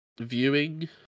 Viewing